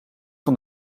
van